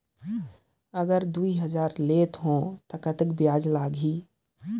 अगर दुई हजार लेत हो ता कतेक ब्याज चलही?